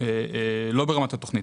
לא ברמת התוכנית.